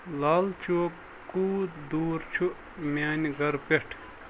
لال چوک کوٗت دوٗر چھُ میٛانہِ گَرٕ پیٹھ